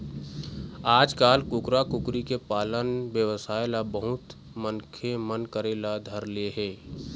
आजकाल कुकरा, कुकरी के पालन बेवसाय ल बहुत मनखे मन करे ल धर ले हे